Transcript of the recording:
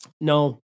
no